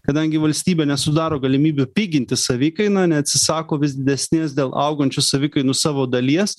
kadangi valstybė nesudaro galimybių piginti savikainą neatsisako vis didesnės dėl augančių savikainų savo dalies